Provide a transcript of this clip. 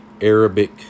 Arabic